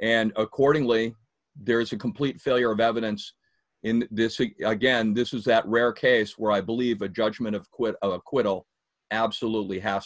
and accordingly there is a complete failure of evidence in this again this is that rare case where i believe a judgment of quick acquittal absolutely has